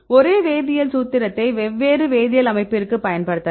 ஒரே வேதியியல் சூத்திரத்தைக் வெவ்வேறு வேதியியல் அமைப்பிற்கு பயன்படுத்தலாம்